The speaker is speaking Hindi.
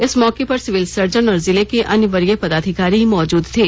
इस मौके पर सिविल सर्जन और जिले के अन्य वरीय पदाधिकारी मौजूद थे